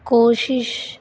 ਕੋਸ਼ਿਸ਼